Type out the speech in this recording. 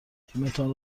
تیمتان